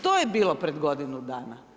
To je bilo pred godinu dana.